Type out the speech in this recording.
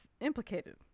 implicated